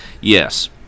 Yes